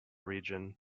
region